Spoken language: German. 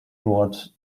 dort